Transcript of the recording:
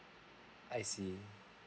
I see